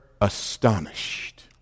astonished